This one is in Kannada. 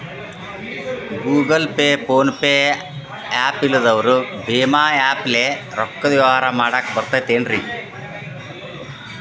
Google Pay, PhonePe app ಇಲ್ಲದವರು ಭೇಮಾ ಆ್ಯಪ್ ಲೇ ರೊಕ್ಕದ ವ್ಯವಹಾರ ಮಾಡಾಕ್ ಬರತೈತೇನ್ರೇ?